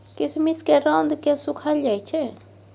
किशमिश केँ रौद मे सुखाएल जाई छै